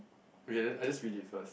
yes I just read it first